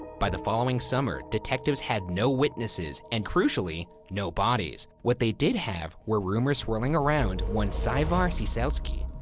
by the following summer, detectives had no witnesses and, crucially, no bodies. what they did have were rumors swirling around one saevar ciesielski.